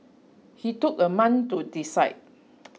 he took a month to decide